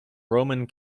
roman